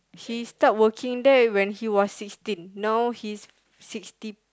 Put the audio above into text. he start working there when he was sixteen now he's sixty